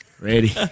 Ready